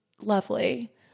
Lovely